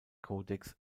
codecs